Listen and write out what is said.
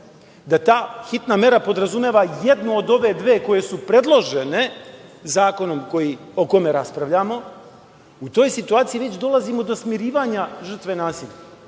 da ta hitna mera podrazumeva jednu od ove dve koje su predložene zakonom o kome raspravljamo, u toj situaciji već dolazimo do smirivanja žrtve nasilja,